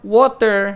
water